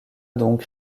donc